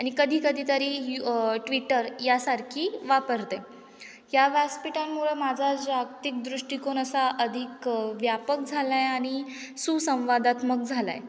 आणि कधीकधी तरी य ट्विटर यासारखी वापरते या व्यासपिठांमुळं माझा जागतिक दृष्टिकोन असा अधिक व्यापक झाला आहे आणि सुसंवादात्मक झाला आहे